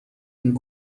این